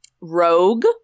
rogue